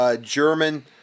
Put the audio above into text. German